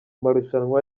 marushanwa